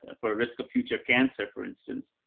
ah for risk of future cancer, for instance.